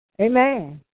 Amen